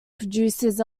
produces